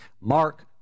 Mark